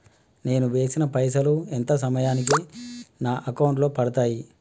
నేను వేసిన పైసలు ఎంత సమయానికి నా అకౌంట్ లో పడతాయి?